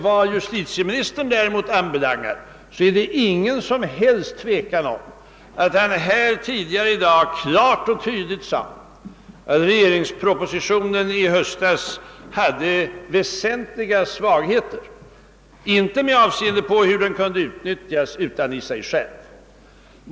Vad däremot justitieministern anbelangar är det inget som helst tvivel om att han tidigare i dag klart och tydligt sade, att regeringspropositionen i höstas hade väsentliga svagheter, inte med avseende på hur den kunde komma att utnyttjas, utan i sig själv.